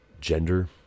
gender